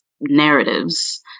narratives